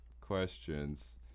questions